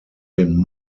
den